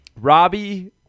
Robbie